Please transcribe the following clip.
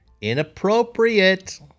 inappropriate